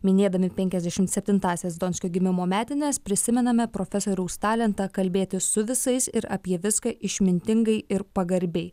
minėdami penkiasdešimt septintąsias donskio gimimo metines prisimename profesoriaus talentą kalbėti su visais ir apie viską išmintingai ir pagarbiai